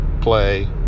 play